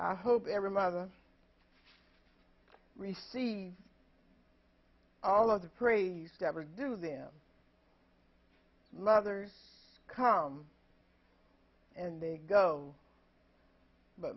i hope every mother receive all of the praise devore do them mothers come and they go but